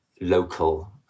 local